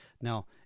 now